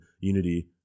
unity